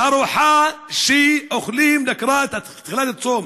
ארוחה שאוכלים לקראת תחילת הצום,